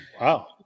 wow